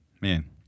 man